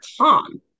calm